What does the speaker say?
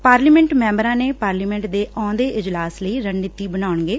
parliament ਮੈਂਬਰਾਂ ਵੱਲੋਂ parliament ਦੇ ਆਉਂਦੇ ਇਜਲਾਸ ਲਈ ਰਣਨੀਤੀ ਬਣਾਉਣਗੇ